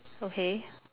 okay